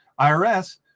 IRS